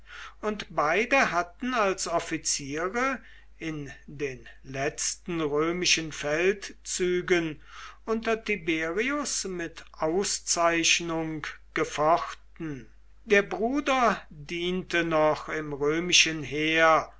und beide hatten als offiziere in den letzten römischen feldzügen unter tiberius mit auszeichnung gefochten der bruder diente noch im römischen heer